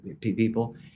people